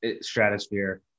stratosphere